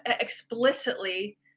explicitly